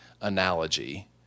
analogy